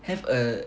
have a